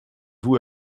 vous